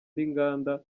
n’inganda